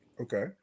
okay